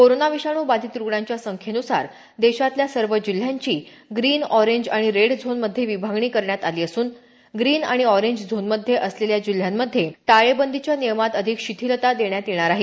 corona विषाणू बाधित रूग्णांच्या संख्येनुसार देशातल्या सर्व जिल्ह्यांची ग्रीन ऑरेंज आणि रेड झोन मध्ये विभागणी करण्यात आली असून ग्रीन आणि ऑरेंज झोन मध्ये असलेल्या जिल्ह्यांमध्ये टाळेबंदीच्या नियमात अधिक शिथिलता देण्यात येणार आहे